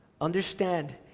Understand